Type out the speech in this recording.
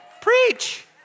preach